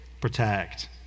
protect